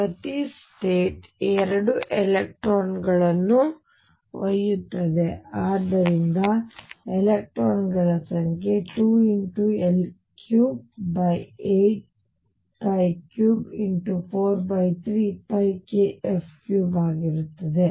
ಮತ್ತು ಪ್ರತಿ state 2 electron ಗಳನ್ನು ಒಯ್ಯುತ್ತದೆ ಆದ್ದರಿಂದ ಎಲೆಕ್ಟ್ರಾನ್ ಗಳ ಸಂಖ್ಯೆ 2×L38343kF3 ಆಗಿರುತ್ತದೆ